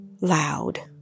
loud